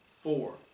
four